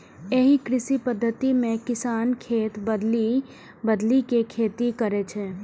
एहि कृषि पद्धति मे किसान खेत बदलि बदलि के खेती करै छै